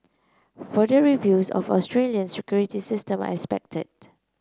further reviews of Australia's security system are expected